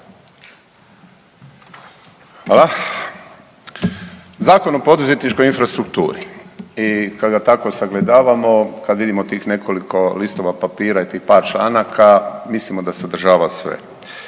Hvala. Zakon o poduzetničkoj infrastrukturi i kad ga tako sagledavamo kad vidimo tih nekoliko listova papira i tih par članaka mislimo da sadržava sve.